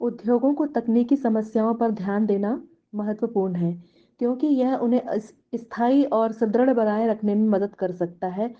उद्योगों को तकनीकी समस्यायों पर ध्यान देना महत्वपूर्ण हैं क्योंकि यह उन्हें स्थाई और सुदृढ़ बनाए रखने में मदद कर सकता है